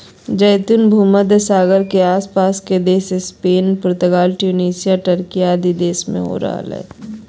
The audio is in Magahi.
जैतून भूमध्य सागर के आस पास के देश स्पेन, पुर्तगाल, ट्यूनेशिया, टर्की आदि देश में हो रहल हई